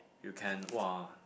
you can !wah!